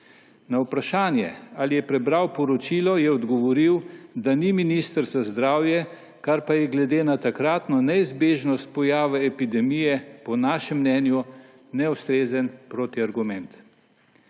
Na vprašaje, ali je prebral poročilo, je odgovoril, da ni minister za zdravje, kar pa je glede na takratno neizbežnost pojava epidemije po našem mnenju neustrezen protiargument.